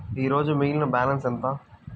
ఈరోజు మిగిలిన బ్యాలెన్స్ ఎంత?